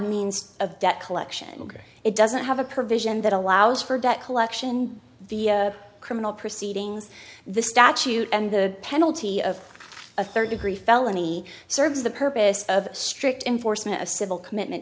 means of debt collection it doesn't have a provision that allows for debt collection the criminal proceedings the statute and the penalty of a third degree felony serves the purpose of strict enforcement of civil commitment